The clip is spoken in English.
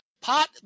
Pot